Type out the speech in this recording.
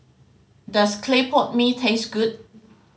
does clay pot mee taste good